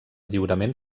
lliurament